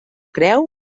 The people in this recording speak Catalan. creu